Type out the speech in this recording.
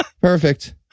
perfect